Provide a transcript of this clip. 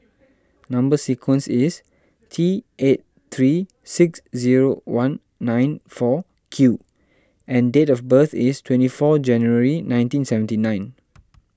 Number Sequence is T eight three six zero one nine four Q and date of birth is twenty four January nineteen seventy nine